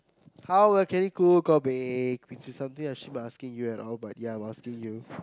how well can you cook and bake which is something I should even be asking you at all but I'm asking you at all but I'm asking you